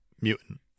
Mutant